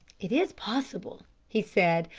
it is possible, he said.